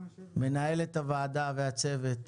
מנהלת הוועדה והצוות,